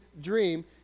dream